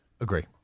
Agree